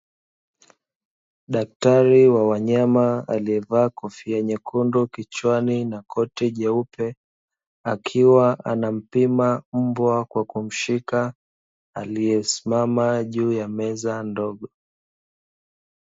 Daktari wa wanyama alievaa kofia nyekundu kichwani na koti jeupe, akiwa anampima mbwa kwa kumshika aliyesimama juu ya meza ndogo.